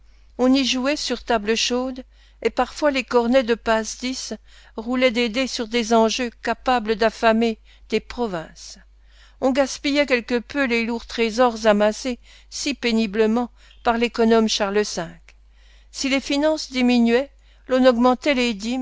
on y jouait sur table chaude et parfois les cornets de passe dix roulaient des dés sur des enjeux capables d'affamer des provinces on gaspillait quelque peu les lourds trésors amassés si péniblement par l'économe charles v si les finances diminuaient l'on augmentait les